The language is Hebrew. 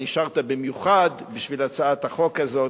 נשארת במיוחד בשביל הצעת החוק הזאת.